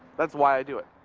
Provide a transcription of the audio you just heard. that's why i do it.